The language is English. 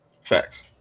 facts